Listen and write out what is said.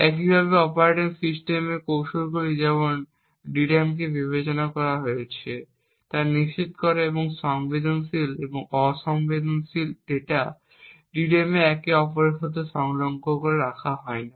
একইভাবে অপারেটিং সিস্টেমের কৌশলগুলি যেমন DRAM কে বিভাজন করা হয়েছে তা নিশ্চিত করা এবং সংবেদনশীল এবং অ সংবেদনশীল ডেটা DRAM এ একে অপরের সংলগ্ন রাখা হয় না